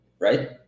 right